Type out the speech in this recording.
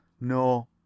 no